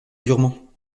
durement